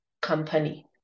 company